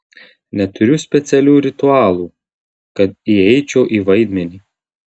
neturiu specialių ritualų kad įeičiau į vaidmenį